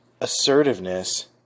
assertiveness